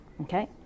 okay